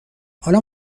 حالا